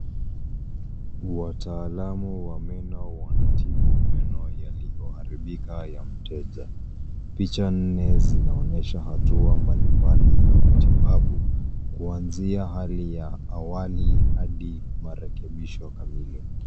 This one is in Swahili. Wataalamu wa meno wanatibu meno yaliyoharibika ya mteja. Picha nne zinaonesha hatua mbali mbali za matibabu kuanzia hali ya awali hadi marekebisho kamilli.